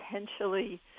potentially